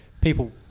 People